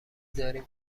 داریم